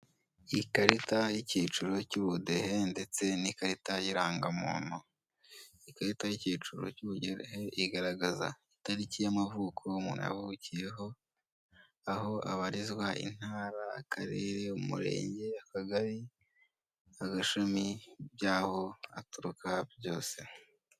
Ikarita y'icyiciro cy'ubudehe ndetse n'ikarita y'irangamuntu; ikarita y'icyiciro cy'ubudehe igaragaza itariki y'amavuko umuntu yavukiyeho, aho abarizwa intara, akarere, umurenge, akagari n'agashami byaho aturuka byose.